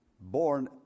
born